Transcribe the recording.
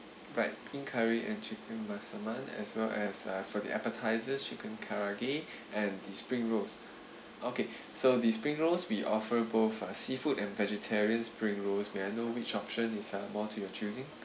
right pink curry and chicken massaman as well as err for the appetisers chicken karaage and the spring rolls okay so the spring rolls we offer both uh seafood and vegetarian spring rolls may I know which option is uh more to your choosing